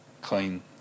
clean